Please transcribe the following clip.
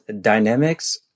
Dynamics